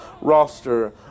roster